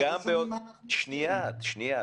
שנייה, שנייה.